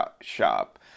shop